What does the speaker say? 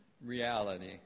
reality